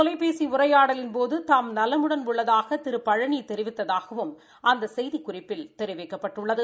தொலைபேசி உரையாடலின்போது தாம் நலமுடன் உள்ளதாகவும் திரு பழனி இந்த தெரிவித்ததாகவும் அந்த செய்திக்குறிப்பில் தெரிவிக்கப்பட்டுள்ளது